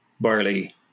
barley